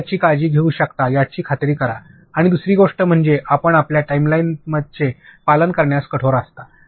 आपण याची काळजी घेऊ शकता याची खात्री करा आणि दुसरी गोष्ट म्हणजे आपण आपल्या टाइमलाइनचे पालन करण्यास कठोर आहात